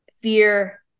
fear